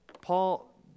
Paul